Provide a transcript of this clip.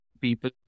people